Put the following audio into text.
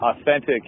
authentic